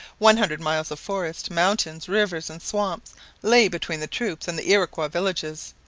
one hundred miles of forest, mountains, rivers, and swamps lay between the troops and the iroquois villages.